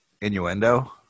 innuendo